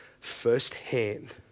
firsthand